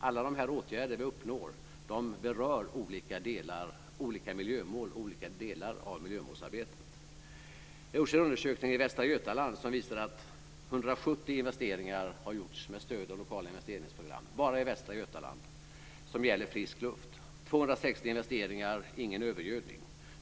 Alla åtgärder vi uppnår berör olika miljömål och olika delar av miljömålsarbetet. Det har gjorts en undersökning i Västra Götaland som visar att 170 investeringar har gjorts med stöd av lokala investeringsprogram - bara i Västra Götaland - som gäller frisk luft. 260 investeringar gäller ingen övergödning.